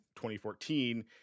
2014